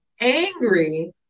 angry